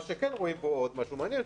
רואים פה עוד משהו מעניין.